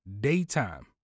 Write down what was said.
daytime